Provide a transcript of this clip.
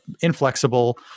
inflexible